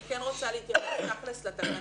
אני כן רוצה להתייחס לתקנות